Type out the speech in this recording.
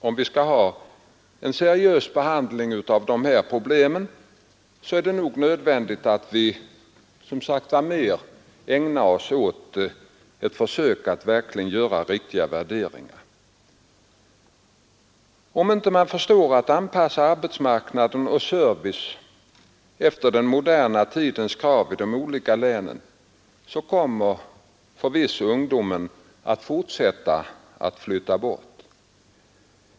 Om vi skall få en seriös behandling av dessa problem är det nog nödvändigt att vi mer ägnar oss åt att göra riktiga värderingar. Om man inte förstår att i de olika länen anpassa service och arbetsmarknad efter den moderna tidens krav kommer förvisso ungdomen att fortsätta att flytta bort.